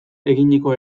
eginiko